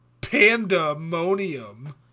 pandemonium